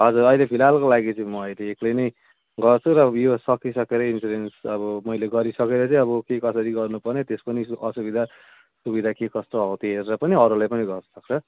हजुर अहिले फिलहालको लागि चाहिँ म अहिले एक्लै नै गर्छु र यो सक्किसकेर इन्सुरेन्स अब मैले गरिसकेर चाहिँ अब के कसो कसरी गर्नुपर्ने त्यसको नि यसो असुविधा सुविधा के कस्तो हौ त्यो हरेर पनि अरूलाई पनि गर्नुसक्छ